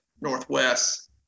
northwest